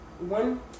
one